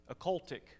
occultic